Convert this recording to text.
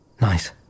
nice